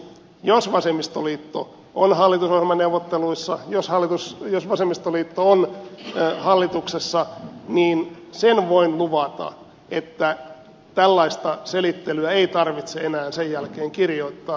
jos vasemmistoliitto on hallitusohjelmaneuvotteluissa jos vasemmistoliitto on hallituksessa niin sen voin luvata että tällaista selittelyä ei tarvitse enää sen jälkeen kirjoittaa